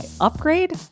upgrade